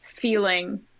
feeling